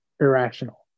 irrational